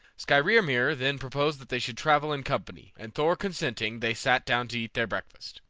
skrymir then proposed that they should travel in company, and thor consenting, they sat down to eat their breakfast,